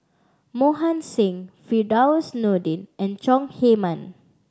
Mohan Singh Firdaus Nordin and Chong Heman